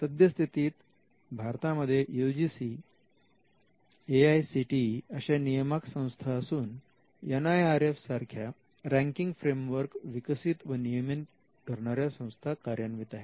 सद्यस्थितीत भारतामध्ये UGC AICTE अशा नियामक संस्था असून एनआयआरएफ सारख्या रँकिंग फ्रेमवर्क विकसित व नियमन करणाऱ्या संस्था कार्यान्वित आहेत